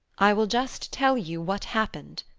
i will just tell you what happened.